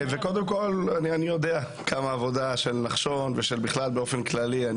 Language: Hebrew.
אני יודע מה העבודה של נחשון ובכלל באופן כללי.